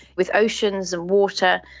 with oceans of water,